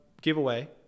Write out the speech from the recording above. giveaway